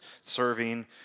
serving